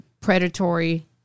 predatory